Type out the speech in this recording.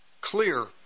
clear